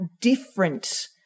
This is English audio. different